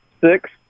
six